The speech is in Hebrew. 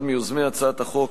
אחד מיוזמי הצעת החוק,